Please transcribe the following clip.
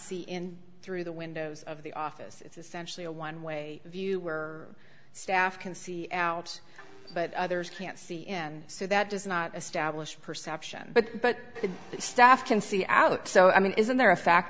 see in through the windows of the office it's essentially a one way view or staff can see out but others can't see and so that does not establish perception but but the staff can see out so i mean isn't there a fact